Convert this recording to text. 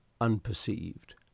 unperceived